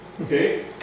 Okay